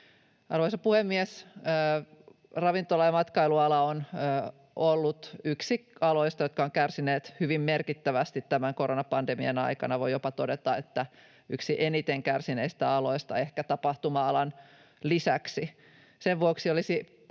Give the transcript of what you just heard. Arvoisa puhemies! Ravintola‑ ja matkailuala on ollut yksi aloista, jotka ovat kärsineet hyvin merkittävästi tämän koronapandemian aikana — voi jopa todeta, että yksi eniten kärsineistä aloista ehkä tapahtuma-alan lisäksi. Sen vuoksi olisi